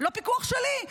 לא פיקוח שלי,